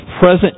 present